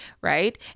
right